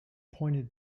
pointed